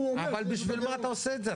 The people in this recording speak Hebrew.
אומר --- אבל בשביל מה אתה עושה את זה?